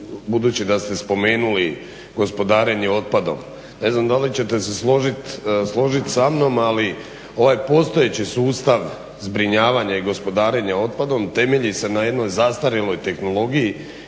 budući da ste spomenuli gospodarenje otpadom ne znam da li ćete se složiti sa mnom ali ovaj postojeći sustav zbrinjavanja i gospodarenja otpadom temelji se na jednoj zastarjeloj tehnologiji